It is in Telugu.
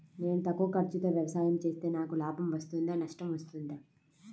నేను తక్కువ ఖర్చుతో వ్యవసాయం చేస్తే నాకు లాభం వస్తుందా నష్టం వస్తుందా?